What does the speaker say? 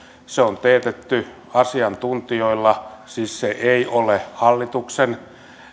se on teetetty asiantuntijoilla se siis ei ole hallituksen